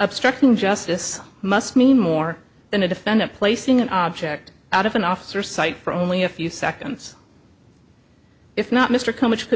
obstructing justice must mean more than a defendant placing an object out of an officer sight for only a few seconds if not mr come which could